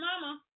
mama